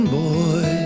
boy